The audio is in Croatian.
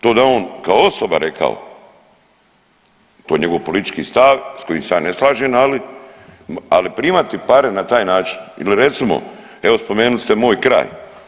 To da je on kao osoba rekao to je njegov politički stav s kojim se ja ne slažem, ali, ali primati pare na taj način ili recimo evo spomenuli ste moj kraj.